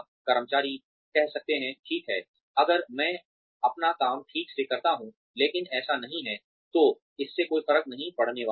कर्मचारी कह सकते हैं ठीक है अगर मैं अपना काम ठीक से करता हूं लेकिन ऐसा नहीं है तो इससे कोई फर्क नहीं पड़ने वाला है